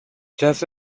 just